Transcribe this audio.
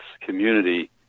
community